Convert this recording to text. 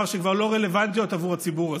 שכבר לא רלוונטיות עבור הציבור הזה.